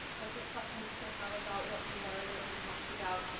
what's a question you still have about what we learned or what we talked about?